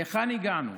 להיכן הגענו?